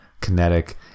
kinetic